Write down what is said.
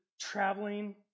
traveling